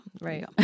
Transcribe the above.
right